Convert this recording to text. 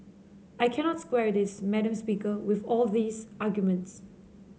I cannot square this madam speaker with all these arguments